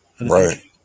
right